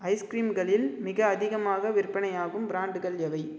ஐஸ்க்ரீம்களில் மிக அதிகமாக விற்பனையாகும் ப்ராண்டுகள் எவை